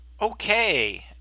Okay